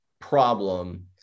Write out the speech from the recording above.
problem